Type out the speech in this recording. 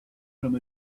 from